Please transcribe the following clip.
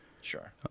Sure